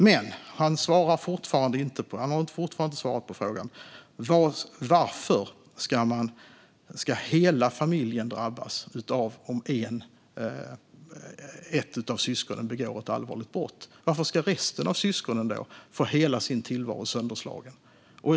Men Tobias Andersson har fortfarande inte svarat på frågan: Varför ska hela familjen drabbas om ett av syskonen begår ett allvarligt brott? Varför ska resten av syskonen då få hela sin tillvaro sönderslagen?